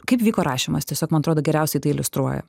kaip vyko rašymas tiesiog man atrodo geriausiai tai iliustruoja